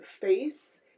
face